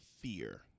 fear